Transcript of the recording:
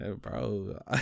Bro